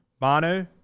Manu